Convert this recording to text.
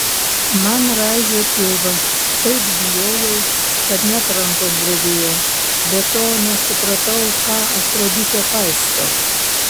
man raižė pilvą taip bijojau kad net rankos drebėjo be to nesupratau ką afroditė paisto